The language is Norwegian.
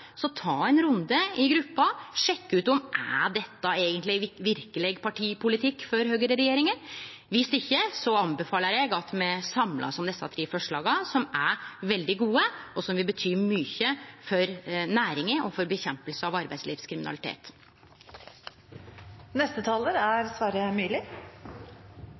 så ta ein runde i gruppa, sjekk ut om dette verkeleg er partipolitikk for høgreregjeringa. Viss ikkje anbefaler eg at me samlar oss om desse tre forslaga, som er veldig gode, og som vil bety mykje for næringa og for kampen mot arbeidslivskriminalitet. Her kommer han som er